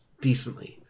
decently